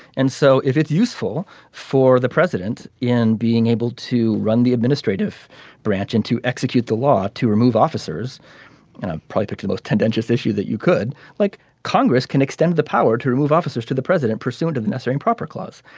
and so if it's useful for the president in being able to run the administrative branch and to execute the law to remove officers ah property most tendentious issue that you could like congress can extend the power to remove officers to the president pursuant to the necessary proper clause.